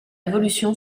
révolution